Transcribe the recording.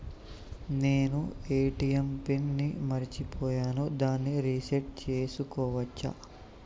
నేను ATM pin ని మరచిపోయాను దాన్ని రీ సెట్ చేసుకోవచ్చా?